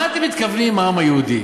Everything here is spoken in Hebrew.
מה אתם מתכוונים ב"העם היהודי"?